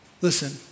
Listen